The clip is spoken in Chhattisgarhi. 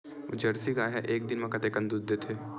जर्सी गाय ह एक दिन म कतेकन दूध देथे?